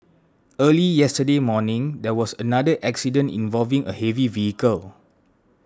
early yesterday morning there was another accident involving a heavy vehicle